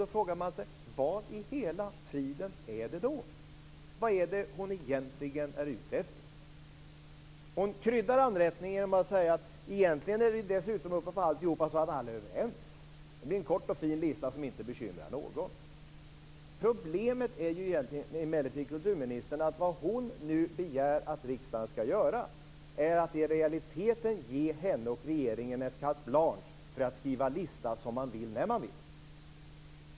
Då frågar man sig: Vad i hela friden är det då? Vad är det hon egentligen är ute efter? Hon kryddar anrättningen med att säga att det egentligen dessutom, ovanpå alltihop, är så att alla är överens. Det blir en kort och fin lista som inte bekymrar någon. Problemet är emellertid att kulturministern nu begär att riksdagen i realiteten skall ge henne och regeringen carte blanche för att skriva en lista, som man vill, när man vill.